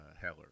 Heller